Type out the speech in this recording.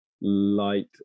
light